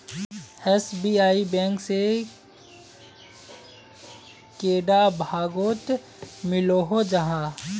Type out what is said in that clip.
SBI bank से कैडा भागोत मिलोहो जाहा?